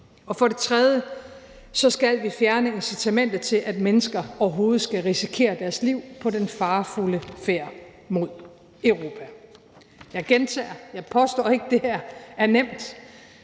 For det tredje skal vi fjerne incitamentet til, at mennesker overhovedet skal risikere deres liv på den farefulde færd mod Europa. Jeg gentager: Jeg påstår ikke, at det her er nemt.